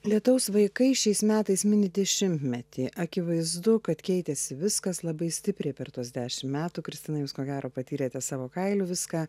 lietaus vaikai šiais metais mini dešimtmetį akivaizdu kad keitėsi viskas labai stipriai per tuos dešimt metų kristina jūs ko gero patyrėte savo kailiu viską